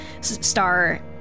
Star